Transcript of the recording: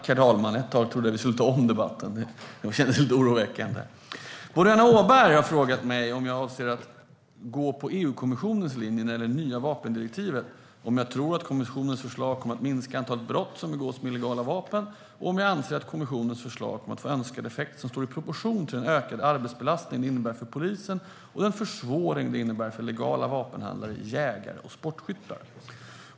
Herr talman! Boriana Åberg har frågat mig om jag avser att gå på EU-kommissionens linje när det gäller det nya vapendirektivet, om jag tror att kommissionens förslag kommer att minska antalet brott som begås med illegala vapen och om jag anser att kommissionens förslag kommer att få önskad effekt som står i proportion till den ökade arbetsbelastning det innebär för polisen och den försvåring det innebär för legala vapenhandlare, jägare och sportskyttar.